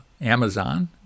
Amazon